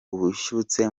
ububyutse